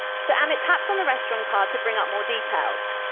so amit taps on the restaurant card to bring up more details.